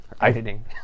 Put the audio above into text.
editing